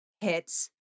hits